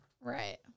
Right